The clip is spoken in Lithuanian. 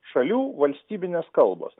šalių valstybinės kalbos